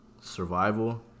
survival